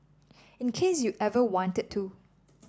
in case you ever wanted to